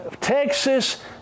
Texas